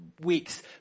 weeks